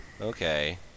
okay